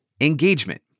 engagement